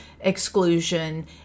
exclusion